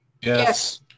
Yes